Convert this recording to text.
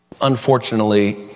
unfortunately